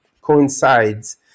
coincides